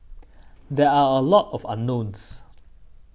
there are a lot of unknowns